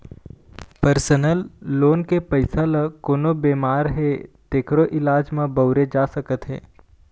personal loan के पइसा ल कोनो बेमार हे तेखरो इलाज म बउरे जा सकत हे